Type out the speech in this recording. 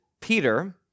Peter